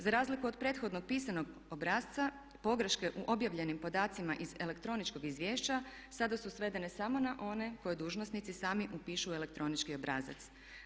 Za razliku od prethodno pisanog obrasca pogreške u objavljenim podacima iz elektroničkog izvješća sada su svedene samo na one koje dužnosnici sami upišu u elektronički obrazac.